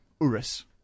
Urus